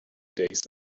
days